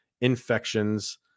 infections